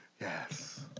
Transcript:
yes